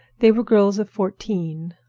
they were girls of fourteen,